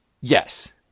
Yes